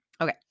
Okay